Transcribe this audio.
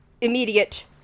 immediate